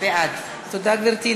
בעד תודה, גברתי.